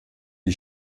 die